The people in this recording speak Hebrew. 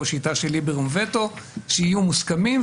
לא שיטה של liberum veto שיהיו מוסכמים,